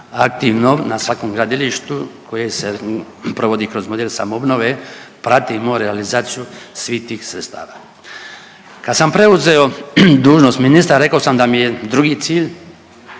aktivnom na svakom gradilištu koje se provodi kroz model samo obnove pratimo realizaciju svih tih sredstava. Kad sam preuzeo dužnost ministra rekao sam da mi je drugi cilj,